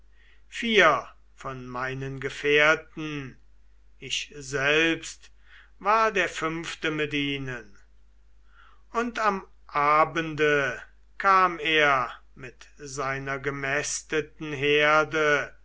vier von meinen gefährten ich selbst war der fünfte mit ihnen und am abende kam er mit seiner gemästeten herde